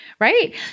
right